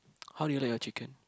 how do you like your chicken